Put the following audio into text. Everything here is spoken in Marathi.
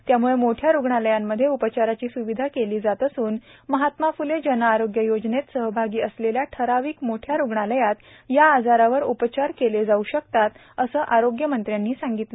त्यामुळे मोठ्या रुग्णालयांमध्ये उपचाराची सुविधा केली जात असून महात्मा फ्ले जनारोग्य योजनेत सहभागी असलेल्या ठराविक मोठ्या रुग्णालयात या आजारावर उपचार केले जाऊ शकतात असे आरोग्यमंत्र्यांनी सांगितलं